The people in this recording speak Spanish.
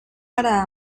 para